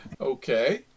Okay